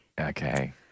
Okay